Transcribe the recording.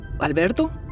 Alberto